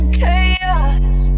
chaos